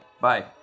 Bye